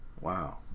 Wow